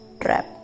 trap